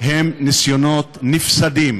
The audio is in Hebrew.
הם ניסיונות נפסדים,